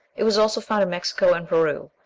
it was also found in mexico and peru.